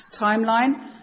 timeline